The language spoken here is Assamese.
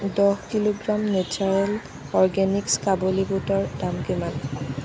দহ কিলোগ্ৰাম নেচাৰেল অৰ্গেনিকচ কাবুলী বুটৰ দাম কিমান